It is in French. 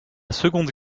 seconde